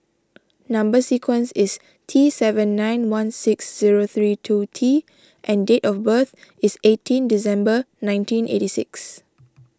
Number Sequence is T seven nine one six zero three two T and date of birth is eighteen December nineteen eighty six